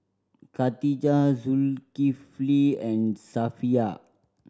Khatijah Zulkifli and Safiya